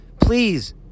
Please